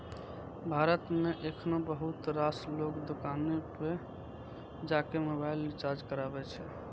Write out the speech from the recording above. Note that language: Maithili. भारत मे एखनो बहुत रास लोग दोकाने पर जाके मोबाइल रिचार्ज कराबै छै